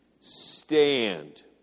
stand